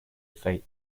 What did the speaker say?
fate